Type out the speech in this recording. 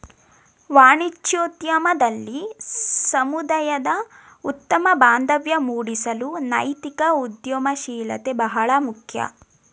ವಾಣಿಜ್ಯೋದ್ಯಮದಲ್ಲಿ ಸಮುದಾಯದ ಉತ್ತಮ ಬಾಂಧವ್ಯ ಮೂಡಿಸಲು ನೈತಿಕ ಉದ್ಯಮಶೀಲತೆ ಬಹಳ ಮುಖ್ಯ